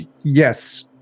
Yes